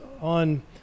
on